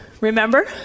remember